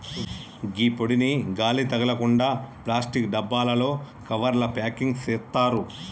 గీ పొడిని గాలి తగలకుండ ప్లాస్టిక్ డబ్బాలలో, కవర్లల ప్యాకింగ్ సేత్తారు